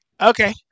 okay